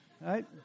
right